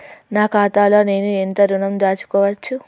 నా ఖాతాలో నేను ఎంత ఋణం దాచుకోవచ్చు?